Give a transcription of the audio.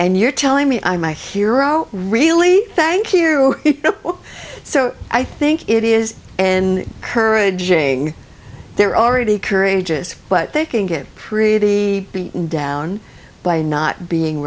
and you're telling me i'm my hero really thank you so i think it is and courage ing they're already courageous but they can get pretty down by not being